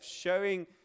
showing